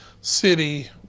City